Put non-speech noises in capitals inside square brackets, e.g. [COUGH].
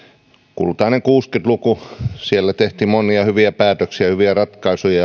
kultaisella kuusikymmentä luvulla silloin tehtiin monia hyviä päätöksiä ja hyviä ratkaisuja [UNINTELLIGIBLE]